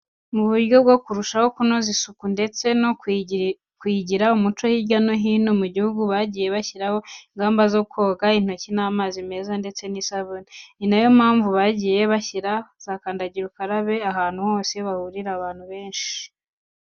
Mu buryo bwo kurushaho kunoza isuku ndetse no kuyigira umuco, hirya no hino mu gihugu bagiye bashyiraho ingamba zo koga intoki n'amazi meza ndetse n'isabune. Ni na yo mpamvu bagiye bashyira za kandagira ukarabe ahantu hose hahurira abantu benshi.